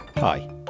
Hi